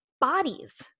Bodies